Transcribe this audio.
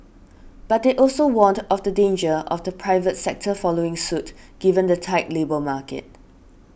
but they also warned of the danger of the private sector following suit given the tight labour market